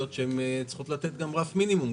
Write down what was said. צריכות לתת רף מינימום,